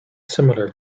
similar